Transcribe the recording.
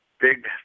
Big